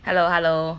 hello hello